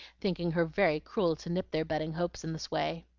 thinking her very cruel to nip their budding hopes in this way.